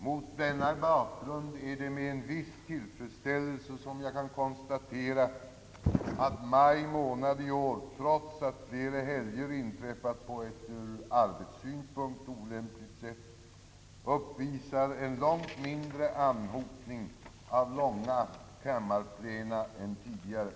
Mot denna bakgrund är det med en viss tillfredsställelse jag kan konstatera att maj månad i år — trots att flera helger inträffat på ett ur arbetssynpunkt olämpligt sätt — uppvisar en långt mindre anhopning av långa kammarplena än tidigare.